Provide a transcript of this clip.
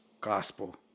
gospel